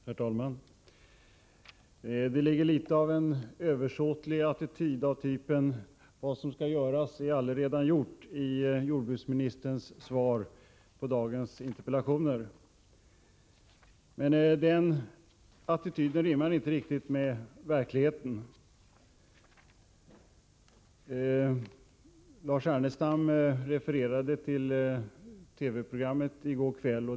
Herr talman! Det ligger litet av en översåtlig attityd av typen ”Vad göras skall är allaredan gjort” i jordbruksministerns svar på de interpellationer som i dag behandlas. Men den attityden rimmar inte riktigt med verkligheten. Lars Ernestam refererade till TV-programmet i går kväll.